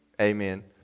Amen